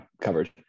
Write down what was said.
Covered